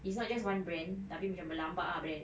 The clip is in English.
it's not just one brand tapi macam berlambak ah brand